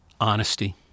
honesty